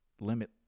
limit